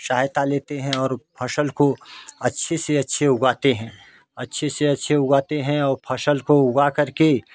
सहायता लेते है और फसल को अच्छे से अच्छे उगाते है अच्छे अच्छे उगाते है और फसल को उगा करके